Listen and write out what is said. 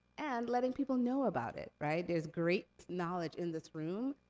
and, letting people know about it, right? there's great knowledge in this room,